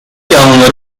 yanlıları